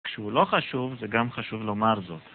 כשהוא לא חשוב זה גם חשוב לומר זאת.